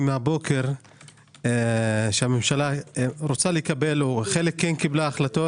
מהבוקר שהממשלה רוצה לקבל או חלק כן קיבלה החלטות.